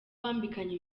bambikanye